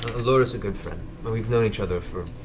allura is a good friend. well we've known each other for.